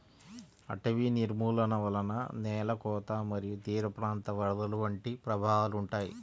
అటవీ నిర్మూలన వలన నేల కోత మరియు తీరప్రాంత వరదలు వంటి ప్రభావాలు ఉంటాయి